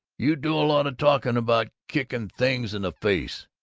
you do a lot of talking about kicking things in the face,